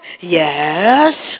Yes